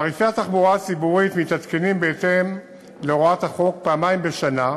תעריפי התחבורה הציבורית מתעדכנים בהתאם להוראת החוק פעמיים בשנה,